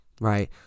right